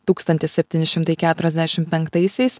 tūkstantis septyni šimtai keturiasdešim penktaisiais